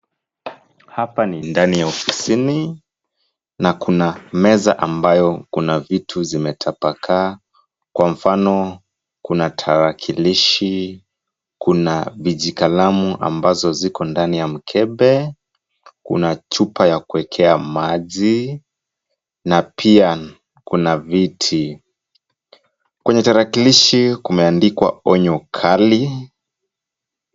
Hapa ni ndani ya ofisini na kuna meza ambayo kuna vitu zimetapakaa, kwa mfano kuna tarakilishi, kuna vijikalamu ambazo ziko ndani ya mkebe, kuna chupa ya kuwekea maji na pia kuna viti. Kwenye tarakilishi kumeandikwa onyo kali.